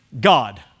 God